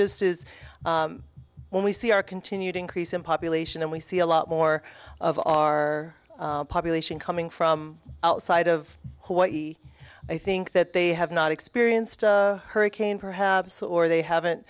just is when we see our continued increase in population and we see a lot more of our population coming from outside of hawaii i think that they have not experienced a hurricane perhaps or they haven't